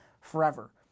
forever